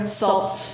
salt